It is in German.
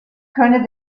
könne